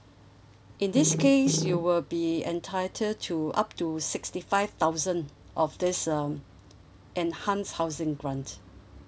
in this case you will be entitled to up to sixty five thousand of this um enhance housing grant